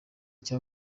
cya